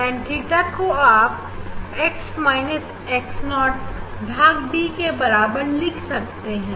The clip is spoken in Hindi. टेन थीटा को आप x x0 भाग D के बराबर लिख सकते हैं